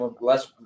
less